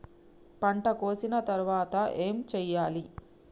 పంట కోసిన తర్వాత ఏం చెయ్యాలి?